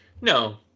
no